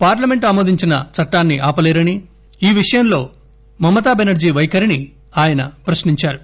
parliament ఆమోదించిన చట్టాన్ని ఆపలేరని ఈ విషయంలో మమతా బెనర్టీ పైఖరిని ఆయన ప్రశ్నించారు